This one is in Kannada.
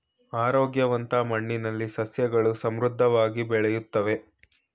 ಆರೋಗ್ಯವಂತ ಮಣ್ಣಿನಲ್ಲಿ ಸಸ್ಯಗಳು ಸಮೃದ್ಧವಾಗಿ ಬೆಳೆಯುತ್ತವೆ